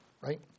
Right